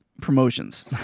promotions